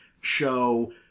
show